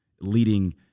leading